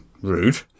rude